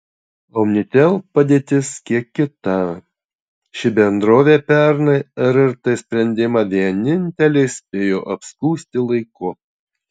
omnitel padėtis kiek kita ši bendrovė pernai rrt sprendimą vienintelė spėjo apskųsti laiku